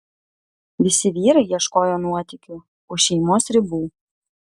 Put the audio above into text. visi vyrai ieškojo nuotykių už šeimos ribų